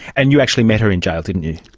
and you actually met her in jail, didn't you?